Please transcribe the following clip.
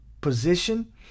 position